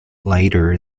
later